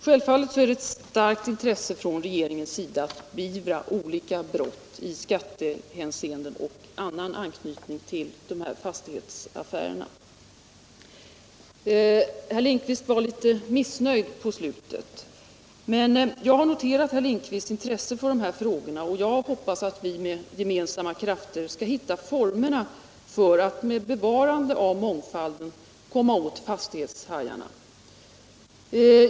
Självfallet finns ett starkt intresse från regeringens sida att beivra olika brott i skattehänseende och med annan anknytning till de här fastighetsaffärerna. Herr Lindkvist blev litet missnöjd, men jag har noterat herr Lindkvists intresse för de här frågorna och hoppas att vi med ge mensamma krafter skall hitta formerna för att med bevarande av mångfalden komma åt fastighetshajarna.